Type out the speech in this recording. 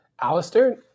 Alistair